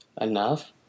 enough